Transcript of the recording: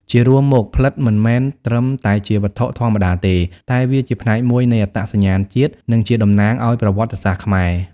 ជារួមមកផ្លិតមិនមែនត្រឹមតែជាវត្ថុធម្មតាទេ តែវាជាផ្នែកមួយនៃអត្តសញ្ញាណជាតិ និងជាតំណាងឱ្យប្រវត្តិសាស្ត្រខ្មែរ។